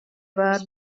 баар